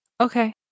okay